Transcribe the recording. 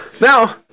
Now